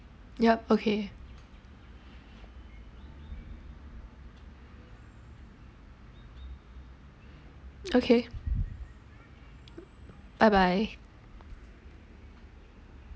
yup okay okay bye bye